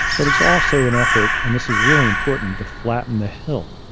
but it's also an effort. and this is really important to flatten the hill,